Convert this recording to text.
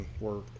work